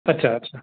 अच्छा अच्छा